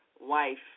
wife